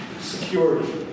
security